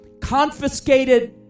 confiscated